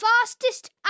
fastest